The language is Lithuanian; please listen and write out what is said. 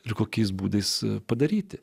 ir kokiais būdais padaryti